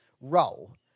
role